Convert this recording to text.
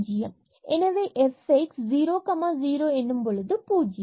எனவே f X at 00 எனும் போது இது பூஜ்ஜியம்